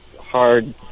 hard